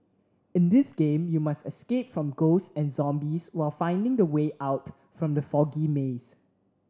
in this game you must escape from ghosts and zombies while finding the way out from the foggy maze